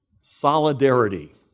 solidarity